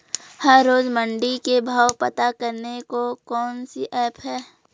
हर रोज़ मंडी के भाव पता करने को कौन सी ऐप है?